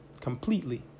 completely